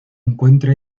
encuentra